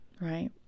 Right